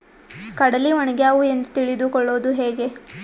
ಕಡಲಿ ಒಣಗ್ಯಾವು ಎಂದು ತಿಳಿದು ಕೊಳ್ಳೋದು ಹೇಗೆ?